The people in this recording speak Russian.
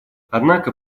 однако